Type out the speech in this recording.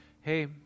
Hey